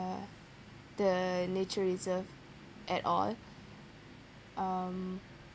uh the nature reserve at all um